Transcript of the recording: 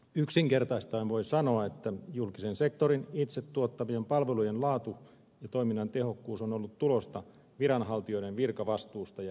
yksinkertaistaen voi sanoa että julkisen sektorin itse tuottamien palvelujen laatu ja toiminnan tehokkuus on ollut tulosta viranhaltijoiden virkavastuusta ja viisaudesta